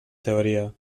teoria